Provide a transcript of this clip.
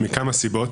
מכמה סיבות.